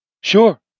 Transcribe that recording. Sure